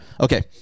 Okay